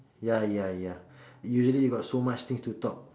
ya ya ya usually you got so much things to talk